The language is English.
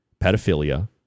pedophilia